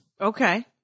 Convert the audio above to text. Okay